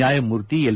ನ್ಯಾಯಮೂರ್ತಿ ಎಲ್